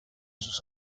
sus